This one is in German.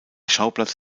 schauplatz